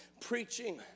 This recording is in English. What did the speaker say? preaching